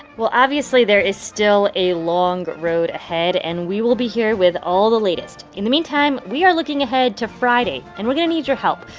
well, obviously, there is still a long road ahead, and we will be here with all the latest. in the meantime, we are looking ahead to friday, and we're going to need your help.